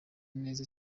neza